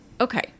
Okay